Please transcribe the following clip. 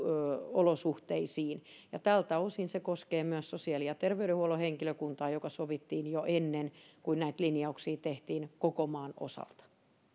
olosuhteisiin ja tältä osin se koskee myös sosiaali ja terveydenhuollon henkilökuntaa mikä sovittiin jo ennen kuin näitä linjauksia tehtiin koko maan osalta